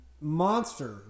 monster